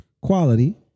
quality